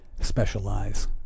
specialize